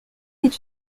est